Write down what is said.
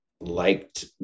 liked